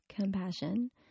Compassion